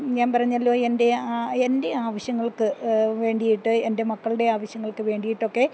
ഞാൻ പറഞ്ഞല്ലോ എൻ്റെ ആ എൻ്റെ ആവശ്യങ്ങൾക്ക് വേണ്ടിയിട്ട് എൻ്റെ മക്കളുടെ ആവശ്യങ്ങൾക്ക് വേണ്ടിയിട്ടൊക്കെ